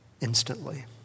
instantly